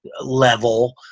level